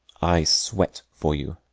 i sweat for you.